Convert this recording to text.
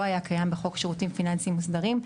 היה קיים בחוק שירותים פיננסים מוסדרים,